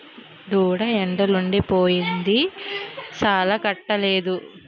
దూడ ఎండలుండి పోయింది సాలాలకట్టలేదు